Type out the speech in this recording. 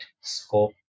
scope